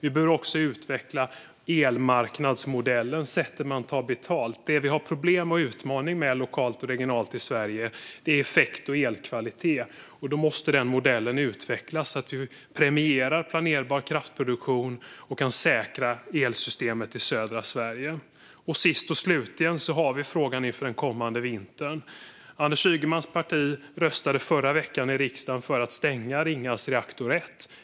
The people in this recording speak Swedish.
Vi behöver också utveckla elmarknadsmodellen - sätten att ta betalt. Det som vi har problem och utmaningar med lokalt och regionalt i Sverige är effekt och elkvalitet, och då måste modellen utvecklas så att vi premierar planerbar kraftproduktion och kan säkra elsystemet i södra Sverige. Sist och slutligen har vi frågan inför den kommande vintern. Anders Ygemans parti röstade i förra veckan i riksdagen för att stänga Ringhals reaktor 1.